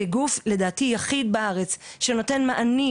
כגוף לדעתי היחיד בארץ שנותן מענים